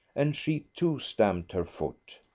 and she too stamped her foot.